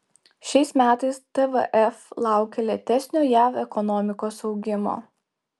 šiais metais tvf laukia lėtesnio jav ekonomikos augimo